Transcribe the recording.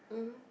mmhmm